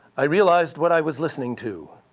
i realized what i was listening to.